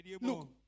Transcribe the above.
Look